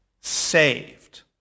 saved